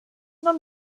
non